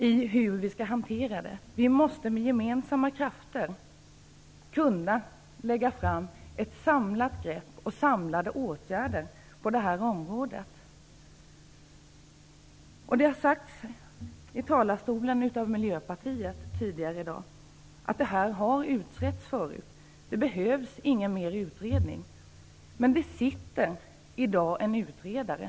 Med gemensamma krafter måste vi kunna presentera ett samlat grepp samt förslag om samlade åtgärder på detta område. Det har sagts tidigare i dag här i talarstolen från Miljöpartiets sida att detta har utretts förut, att det inte behövs någon ytterligare utredning.